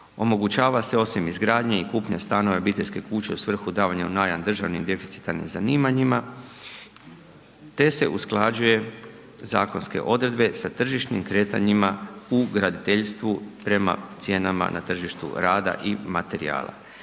omogućava se osim izgradnje i kupnje stanova obiteljske kuće u svrhu davanja u najam državnim deficitarnim zanimanjima te se usklađuju zakonske odredbe sa tržišnim kretanjima u graditeljstvu prema cijenama na tržištu rada i materijala.